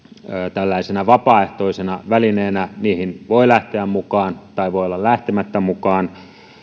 tällaisena vapaaehtoisena välineenä niihin voi lähteä mukaan tai voi olla lähtemättä mukaan